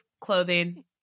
clothing